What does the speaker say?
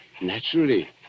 Naturally